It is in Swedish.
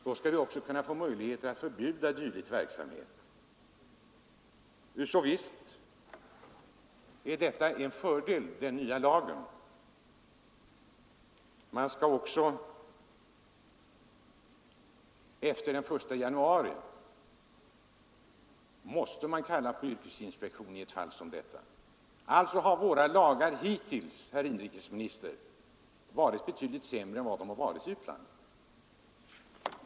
Då skall man också få möjlighet att förbjuda dylik verksamhet. Så visst är det en fördel med den nya lagen. Efter den 1 januari måste yrkesinspektionen också tillkallas i ett fall som detta. Alltså har våra lagar hittills, herr inrikesminister, varit betydligt sämre än lagarna i utlandet.